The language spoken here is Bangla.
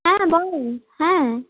হ্যাঁ বল হ্যাঁ